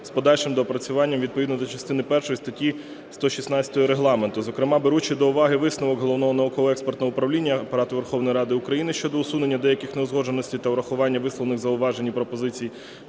з подальшим доопрацюванням відповідно до частини першої статті 116 Регламенту. Зокрема, беручи до уваги висновок Головного науково-експертного управління Апарату Верховної Ради України щодо усунення деяких неузгодженостей та врахування висловлених зауважень і пропозицій